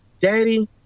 Daddy